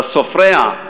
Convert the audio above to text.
על סופריה,